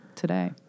Today